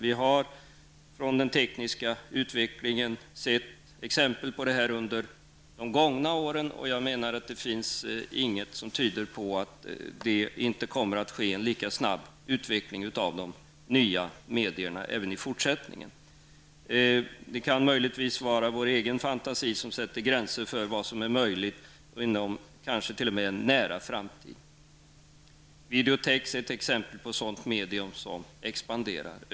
Vi har under de gångna åren sett exempel på detta. Jag menar att det inte finns något som tyder på att det inte blir en lika snabb utveckling av de nya medierna även i fortsättningen. Möjligen kan vår egen fantasi sätta gränser för vad som är möjligt inom en kanske t.o.m. nära framtid. Videotex är exempel på ett medium som expanderar.